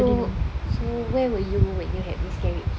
so so where were you when you had your miscarriage